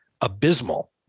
abysmal